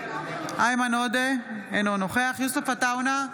איימן עודה, אינו נוכח יוסף עטאונה,